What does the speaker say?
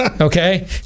Okay